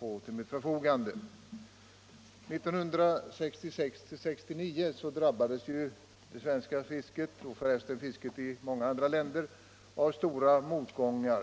anmält mig för att tala. Åren 1966-1969 drabbades det svenska fisket och f. ö. fisket i många andra länder av stora motgångar.